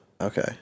Okay